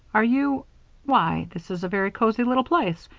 are you why! this is a very cozy little place.